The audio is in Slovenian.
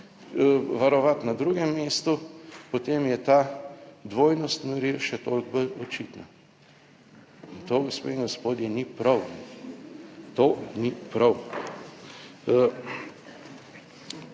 varovati na drugem mestu, potem je ta dvojnost meril še toliko bolj očitna. To, gospe in gospodje, ni prav, to ni prav.